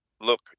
look